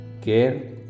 Care